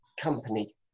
company